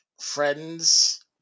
friends